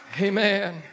Amen